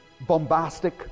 bombastic